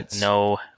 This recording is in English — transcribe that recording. No